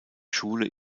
schule